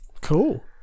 Cool